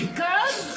girls